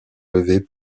levées